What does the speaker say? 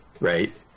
right